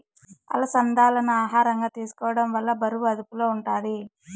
అలసందాలను ఆహారంగా తీసుకోవడం వల్ల బరువు అదుపులో ఉంటాది